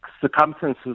circumstances